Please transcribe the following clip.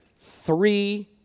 three